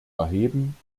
erheben